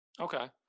Okay